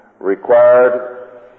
required